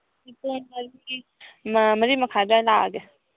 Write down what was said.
ꯃꯔꯤ ꯃꯈꯥꯏ ꯑꯗꯨꯋꯥꯏꯗ ꯂꯥꯛꯑꯒꯦ